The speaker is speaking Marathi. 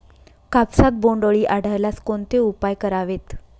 कापसात बोंडअळी आढळल्यास कोणते उपाय करावेत?